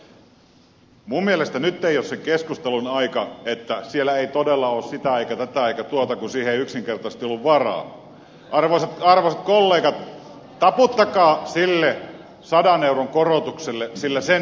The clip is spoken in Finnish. minun mielestäni nyt ei ole sen keskustelun aika että siellä ei todella ole sitä eikä tätä eikä tuota kun siihen ei yksinkertaisesti ollut varaa